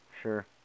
Sure